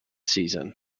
season